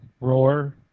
roar